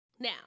Now